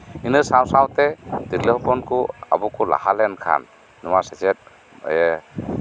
ᱤᱱᱟᱹ ᱥᱟᱶ ᱥᱟᱶᱛᱮ ᱛᱤᱨᱞᱟᱹ ᱦᱚᱯᱚᱱ ᱠᱚ ᱟᱨᱚ ᱠᱚ ᱞᱟᱦᱟ ᱞᱮᱱᱠᱷᱟᱱ ᱱᱚᱣᱟ ᱥᱮᱪᱮᱫ ᱨᱮ